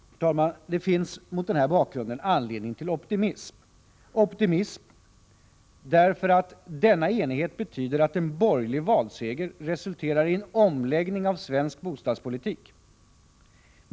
Det finns, mot denna bakgrund, anledning till optimism — för denna enighet betyder att en borgerlig valseger resulterar i en omläggning av svensk bostadspolitik.